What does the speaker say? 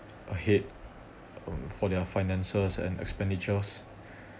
ahead um for their finances and expenditures